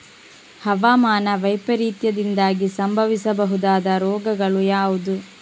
ಹವಾಮಾನ ವೈಪರೀತ್ಯದಿಂದಾಗಿ ಸಂಭವಿಸಬಹುದಾದ ರೋಗಗಳು ಯಾವುದು?